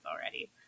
already